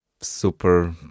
super